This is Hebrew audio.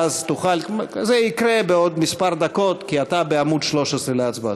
זה יקרה בעוד דקות מספר, כי אתה בעמוד 13 להצבעה.